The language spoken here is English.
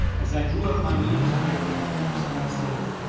as i drew up my knees to get a better purchase on the sill,